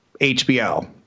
HBO